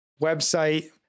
website